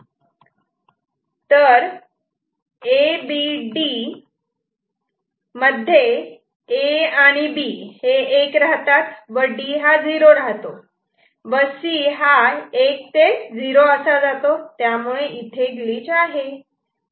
तर A B D मध्ये A आणि B हे 1 राहतात व D हा 0 राहतो व C हा 1 ते 0 असा जातो त्यामुळे इथे ग्लिच आहे